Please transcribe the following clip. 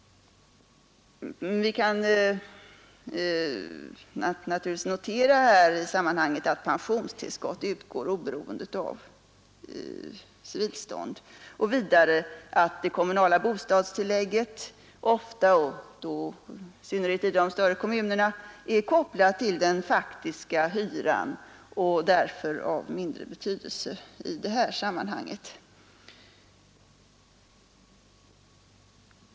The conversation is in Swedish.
Vi kan också notera att pensionstillskott utgår oberoende av civilstånd och vidare att det kommunala bostadstillägget ofta och då i synnerhet i de större kommunerna är kopplat till den faktiska hyran och därför av mindre betydelse i det här sammanhanget.